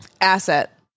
Asset